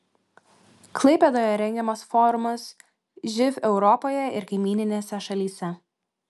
klaipėdoje rengiamas forumas živ europoje ir kaimyninėse šalyse